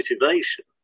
Motivation